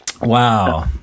Wow